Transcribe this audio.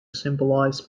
symbolise